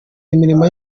imirimo